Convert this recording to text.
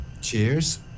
Cheers